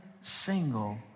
single